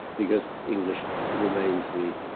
because english remains the